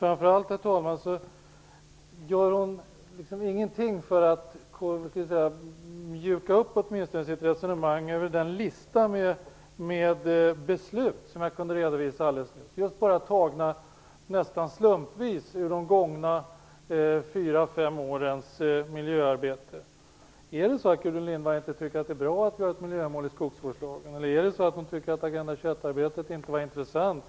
Framför allt gör hon ingenting för att åtminstone mjuka upp sitt resonemang om den lista med beslut som jag kunde redovisa alldeles nyss. Jag tog besluten slumpvis ur de gångna fyra fem årens miljöarbete. Tycker inte Gudrun Lindvall att det är bra att vi har ett miljömål i skogsvårdslagen? Tycker hon inte att Agenda 21 var intressant?